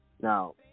Now